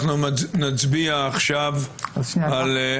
בסדר, אז אנחנו נצביע עכשיו על הנוסח.